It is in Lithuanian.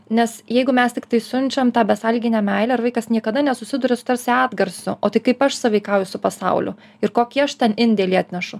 nes jeigu mes tiktai siunčiam tą besąlyginę meilę ar vaikas niekada nesusiduria su tarsi atgarsiu o tai kaip aš sąveikauju su pasauliu ir kokį aš ten indėlį atnešu